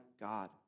God